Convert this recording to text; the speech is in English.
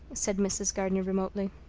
said mrs. gardner remotely.